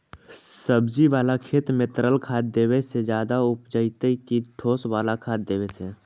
सब्जी बाला खेत में तरल खाद देवे से ज्यादा उपजतै कि ठोस वाला खाद देवे से?